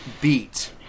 beat